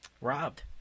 robbed